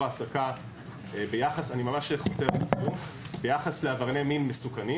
העסקה ביחס לעברייני מין מסוכנים.